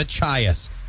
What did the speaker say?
Machias